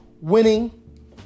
winning